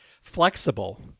flexible